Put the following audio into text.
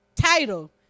title